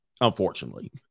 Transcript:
unfortunately